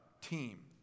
team